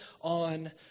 on